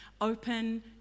open